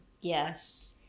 yes